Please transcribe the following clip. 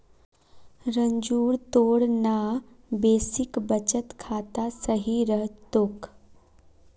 रंजूर तोर ना बेसिक बचत खाता सही रह तोक